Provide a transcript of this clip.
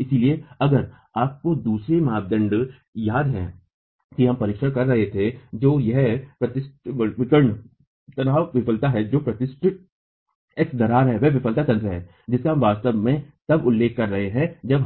इसलिएअगर आपको दूसरे मापदंड याद है कि हम परीक्षण कर रहे थे तो यह प्रतिष्ठित विकर्ण तनाव विफलता है जो प्रतिष्ठित x दरार है वह विफलता तंत्र है जिसका हम वास्तव में तब उल्लेख कर रहे हैं जब